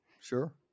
Sure